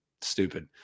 stupid